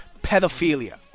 pedophilia